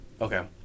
Okay